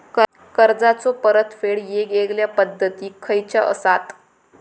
कर्जाचो परतफेड येगयेगल्या पद्धती खयच्या असात?